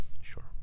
Sure